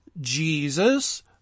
Jesus